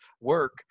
work